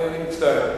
אני מצטער.